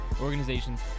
organizations